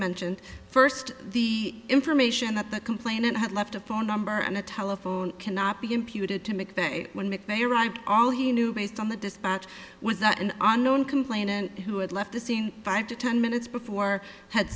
mentioned first the information that the complainant had left a phone number and a telephone cannot be imputed to make that way when they arrived all he knew based on the dispatch was that an unknown complainant who had left the scene five to ten minutes before had